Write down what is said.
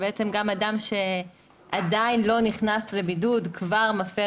שבעצם גם אדם שעדיין לא נכנס לבידוד כבר מפר